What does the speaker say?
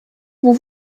vous